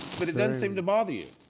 but it doesn't seem to bother you?